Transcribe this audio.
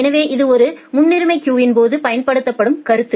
எனவே இது ஒரு முன்னுரிமை கியூயின் போது பயன்படுத்தப்படும் கருத்து